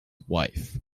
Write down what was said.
wife